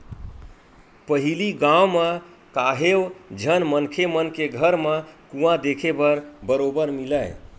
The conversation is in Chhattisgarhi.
पहिली गाँव म काहेव झन मनखे मन के घर म कुँआ देखे बर बरोबर मिलय